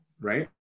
right